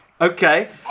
Okay